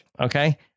okay